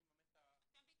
מי מממן --- רגע,